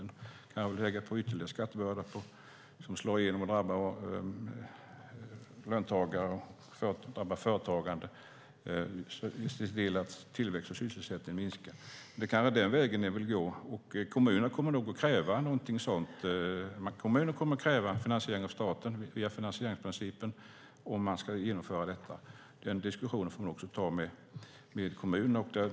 Man kanske vill lägga på en ytterligare skattebörda som slår igenom och drabbar löntagare och företagande och ser till att tillväxt och sysselsättning minskar. Det är kanske den vägen som ni vill gå. Kommunerna kommer nog att kräva någonting sådant. Kommunerna kommer att kräva en finansiering av staten via finansieringsprincipen om de ska genomföra detta. Den diskussionen får man ta med kommunerna.